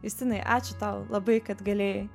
justinai ačiū tau labai kad galėjai